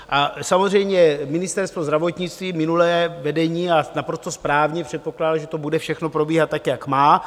A samozřejmě Ministerstvo zdravotnictví, minulé vedení a naprosto správně předpokládalo, že to bude všechno probíhat tak, jak má.